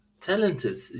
talented